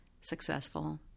successful